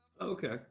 Okay